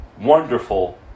wonderful